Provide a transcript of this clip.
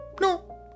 No